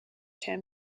term